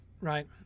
right